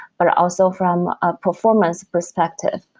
but also from a performance perspective,